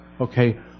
Okay